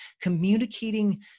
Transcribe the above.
communicating